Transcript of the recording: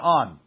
on